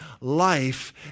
life